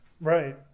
right